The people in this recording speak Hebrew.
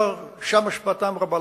שם השפעתם רבה.